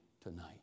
tonight